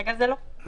כרגע זה לא מוצג.